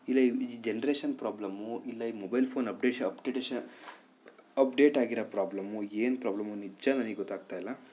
ಇಲ್ಲ ಈ generation problem ಇಲ್ಲ ಈ ಮೊಬೈಲ್ ಫೋನ್ ಅಪ್ಡೆಶ ಅಪ್ಡೆಟೆಶ ಅಪ್ ಡೇಟ್ ಆಗಿರೋ ಪ್ರೋಬ್ಲಮ್ಮು ಏನು ಪ್ರೋಬ್ಲಮ್ಮು ನಿಜ ನನಗೆ ಗೊತ್ತಾಗ್ತ ಇಲ್ಲ